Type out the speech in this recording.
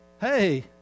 Hey